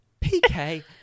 PK